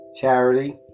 charity